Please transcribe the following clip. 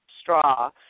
straw